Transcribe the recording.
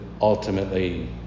ultimately